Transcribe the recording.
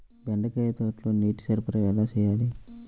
బెండకాయ తోటలో నీటి సరఫరా ఎలా చేయాలి?